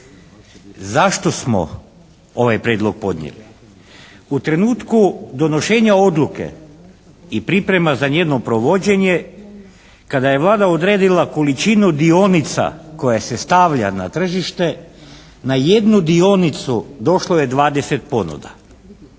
Zašto smo ovaj Prijedlog podnijeli? U trenutku donošenja odluke i priprema za njeno provođenje kada je Vlada odredila količinu dionica koje se stavlja na tržište na jednu dionicu došlo je 20 ponuda.